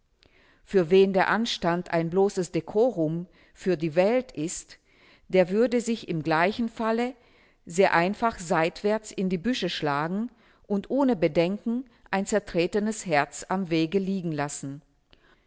für wen der anstand ein bloßes decorum für die welt ist der würde sich im gleichen falle sehr einfach seitwärts in die büsche schlagen und ohne bedenken ein zertretenes herz am wege liegen lassen